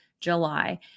July